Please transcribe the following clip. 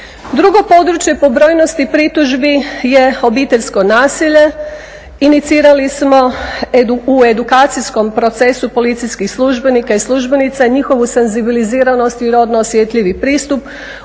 Drugo područje po brojnosti pritužbi je obiteljsko nasilje. Inicirali smo u edukacijskom procesu policijskih službenika i službenica njihovu senzibiliziranost i rodno osjetljivi pristup